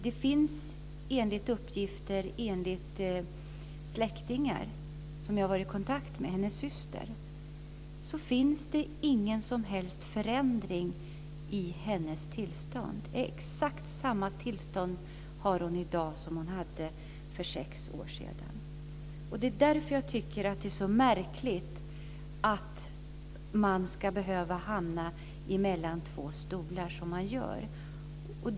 Det finns enligt uppgifter från släktingar som jag har varit i kontakt med, hennes syster, ingen som helst förändring i hennes tillstånd. Hon har exakt samma tillstånd i dag som hon hade för sex år sedan. Jag tycker att det är märkligt att man ska behöva hamna mellan två stolar som man här gör.